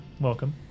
Welcome